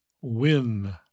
win